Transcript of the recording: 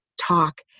talk